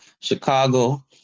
Chicago